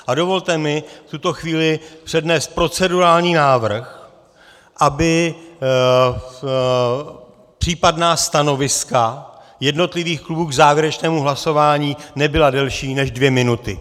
A dovolte mi v tuto chvíli přednést procedurální návrh, aby případná stanoviska jednotlivých klubů k závěrečnému hlasování nebyla delší než dvě minuty.